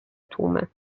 tłumy